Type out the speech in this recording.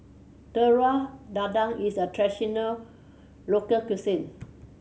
Telur Dadah is a traditional local cuisine